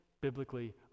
biblically